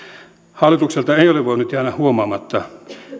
hallitukselta ei ole voinut jäädä huomaamatta